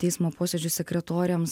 teismo posėdžių sekretoriams